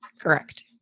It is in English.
correct